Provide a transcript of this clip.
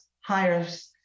hires